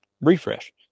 refresh